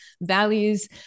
values